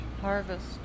harvest